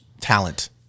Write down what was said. talent